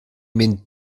min